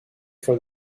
for